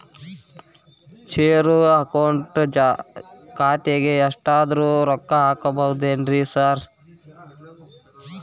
Zero account ಖಾತ್ಯಾಗ ಎಷ್ಟಾದ್ರೂ ರೊಕ್ಕ ಹಾಕ್ಬೋದೇನ್ರಿ ಸಾರ್?